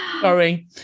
sorry